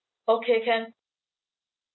okay can